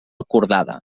acordada